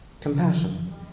Compassion